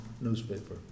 newspaper